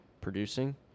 producing